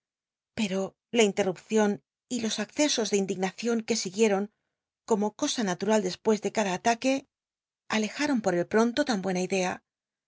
pero la inlel'rupcion y los accesos ele inclignacion que siguieron como cosa natural despues de cada ataque alejaron poi el pronto tan buena idea